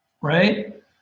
right